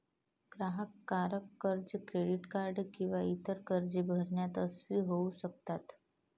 ग्राहक तारण कर्ज, क्रेडिट कार्ड किंवा इतर कर्जे भरण्यात अयशस्वी होऊ शकतात